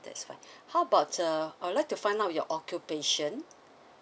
that's fine how about the I would like to find out your occupation